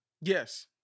Yes